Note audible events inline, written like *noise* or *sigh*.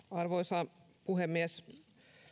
*unintelligible* arvoisa puhemies